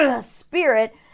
spirit